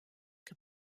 que